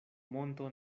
monto